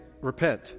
repent